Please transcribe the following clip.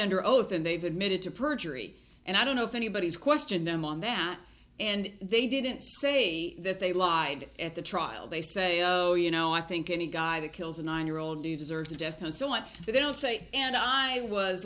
under oath and they've admitted to perjury and i don't know if anybody's questioned them on that and they didn't say that they lied at the trial they say oh you know i think any guy that kills a nine year old who deserves a death has so what they'll say and i was